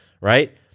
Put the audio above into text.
right